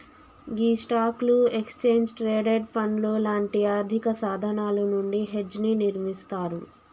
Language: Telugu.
గీ స్టాక్లు, ఎక్స్చేంజ్ ట్రేడెడ్ పండ్లు లాంటి ఆర్థిక సాధనాలు నుండి హెడ్జ్ ని నిర్మిస్తారు